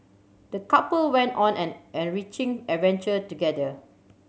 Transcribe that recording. the couple went on an enriching adventure together